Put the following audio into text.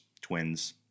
twins